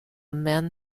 man